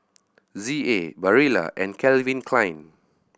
Z A Barilla and Calvin Klein